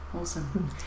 Awesome